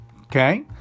Okay